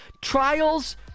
Trials